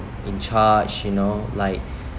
in charge you know like